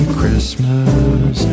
Christmas